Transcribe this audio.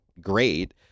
great